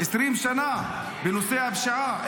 20 שנה אין פעולה בנושא הפשיעה,